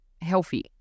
healthy